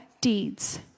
deeds